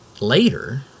Later